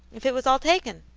if it was all taken.